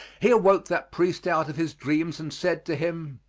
he awoke that priest out of his dreams and said to him,